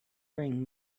bring